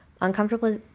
uncomfortable